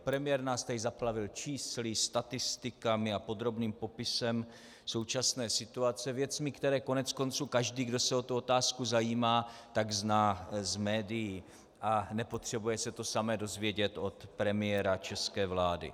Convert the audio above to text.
Premiér nás tady zaplavil čísly, statistikami a podrobným popisem současné situace, věcmi, které koneckonců každý, kdo se o tu otázku zajímá, zná z médií a nepotřebuje se to samé dozvědět od premiéra české vlády.